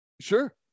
sure